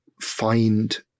find